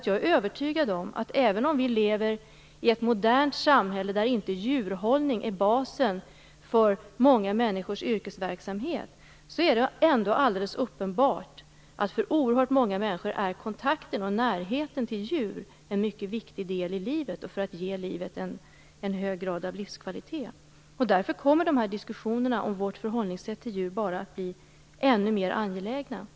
Jag är övertygad om att det, även om vi lever i ett modernt samhälle där djurhållning inte är basen för många människors yrkesverksamhet, ändå är alldeles uppenbart att kontakt med och närhet till djur för oerhört många människor är en mycket viktig del i livet, något som ger en hög grad av livskvalitet. Därför kommer dessa diskussioner om vårt förhållningssätt till djur att bli ännu mer angelägna.